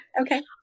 okay